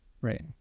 right